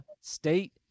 State